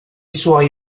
suoi